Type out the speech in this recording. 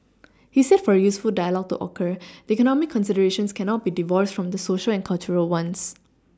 he said for a useful dialogue to occur the economic considerations cannot be divorced from the Social and cultural ones